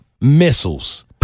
missiles